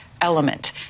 element